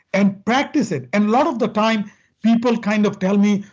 and practice it and lot of the time people kind of tell me,